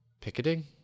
picketing